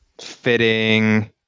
fitting